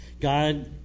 God